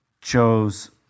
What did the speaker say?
chose